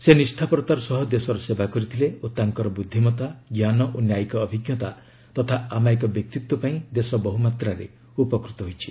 ସେ ନିଷ୍ଠାପରତାର ସହ ଦେଶର ସେବା କରିଥିଲେ ଓ ତାଙ୍କର ବୁଦ୍ଧିମତା ଜ୍ଞାନ ଓ ନ୍ୟାୟିକ ଅଭିଜ୍ଞତା ତଥା ଆମାୟିକ ବ୍ୟକ୍ତିତ୍ୱ ପାଇଁ ଦେଶ ବହୁମାତ୍ରାରେ ଉପକୃତ ହୋଇଛି